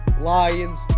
Lions